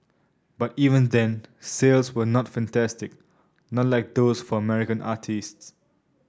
but even then sales were not fantastic not like those for American artistes